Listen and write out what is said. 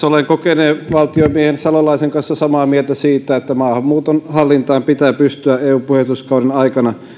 olen kokeneen valtiomiehen salolaisen kanssa samaa mieltä siitä että maahanmuuton hallintaan pitää pystyä eu puheenjohtajuuskauden aikana